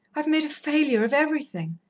i've made a failure of everything.